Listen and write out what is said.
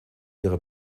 ihrer